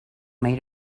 made